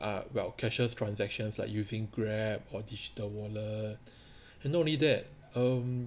ah while cashless transactions like using grab or digital wallet and not only that um